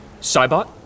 Cybot